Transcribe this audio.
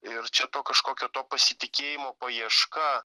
ir čia to kažkokio to pasitikėjimo paieška